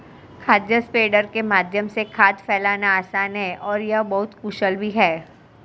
खाद स्प्रेडर के माध्यम से खाद फैलाना आसान है और यह बहुत कुशल भी है